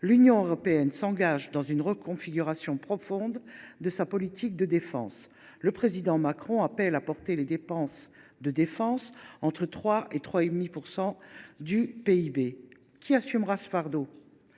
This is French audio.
l’Union européenne s’engage dans une reconfiguration profonde de sa politique de défense. Le président Macron appelle à augmenter les dépenses de défense pour les porter à 3 % ou 3,5 % du PIB. Qui assumera ce fardeau ?